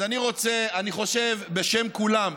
אני חושב, בשם כולם,